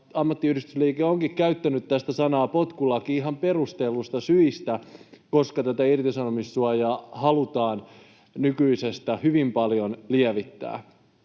Ammattiyhdistysliike onkin käyttänyt tästä sanaa ”potkulaki” ihan perustelluista syistä, koska tätä irtisanomissuojaa halutaan nykyisestä hyvin paljon lievittää.